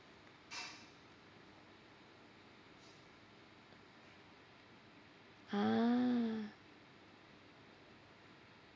ah